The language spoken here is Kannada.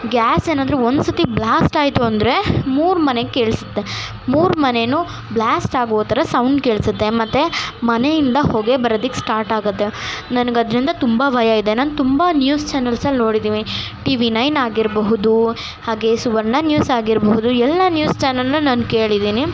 ಗ್ಯಾಸ್ ಏನಾದರೂ ಒಂದು ಸತಿ ಬ್ಲ್ಯಾಸ್ಟ್ ಆಯಿತು ಅಂದರೆ ಮೂರು ಮನೆಗೆ ಕೇಳಿಸುತ್ತೆ ಮೂರು ಮನೇನೂ ಬ್ಲ್ಯಾಸ್ಟ್ ಆಗೋ ಥರ ಸೌಂಡ್ ಕೇಳಿಸುತ್ತೆ ಮತ್ತು ಮನೆಯಿಂದ ಹೊಗೆ ಬರೋದಕ್ ಸ್ಟಾರ್ಟ್ ಆಗುತ್ತೆ ನನ್ಗೆ ಅದರಿಂದ ತುಂಬ ಭಯ ಇದೆ ನಾನು ತುಂಬ ನ್ಯೂಸ್ ಚಾನೆಲ್ಸಲ್ಲಿ ನೋಡಿದೀನಿ ಟಿ ವಿ ನೈನ್ ಆಗಿರ್ಬಹುದು ಹಾಗೆ ಸುವರ್ಣ ನ್ಯೂಸ್ ಆಗಿರ್ಬಹುದು ಎಲ್ಲ ನ್ಯೂಸ್ ಚಾನಲ್ನು ನಾನು ಕೇಳಿದೀನಿ